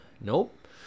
Nope